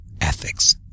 ethics